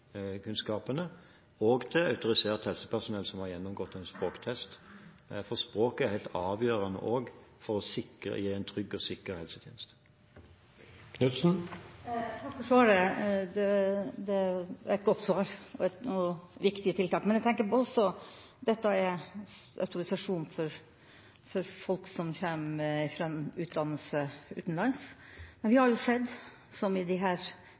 også til autorisert helsepersonell som har gjennomgått en språktest, for språket er helt avgjørende for å gi en trygg og sikker helsetjeneste. Jeg takker for et godt svar om viktige tiltak. Dette er autorisasjon for folk som kommer fra en utdannelse utenlands, men vi har sett, som i